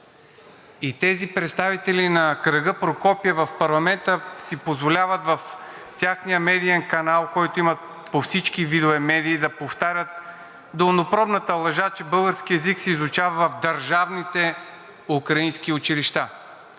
И тези представители на кръга Прокопиев в парламента си позволяват в техния медиен канал, който имат по всички видове медии, да повтарят долнопробната лъжа, че българският език се изучава в държавните украински училища.